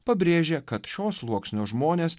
pabrėžia kad šio sluoksnio žmonės